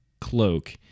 cloak